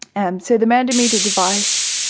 and so the mandometer device,